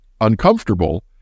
uncomfortable